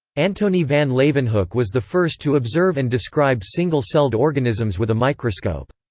antonie van leeuwenhoek was the first to observe and describe single-celled organisms with a microscope.